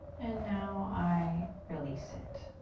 and now i release it.